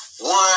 One